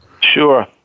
Sure